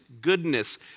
goodness